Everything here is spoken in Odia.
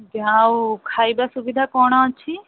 ଆଜ୍ଞା ଆଉ ଖାଇବା ସୁବିଧା କ'ଣ ଅଛି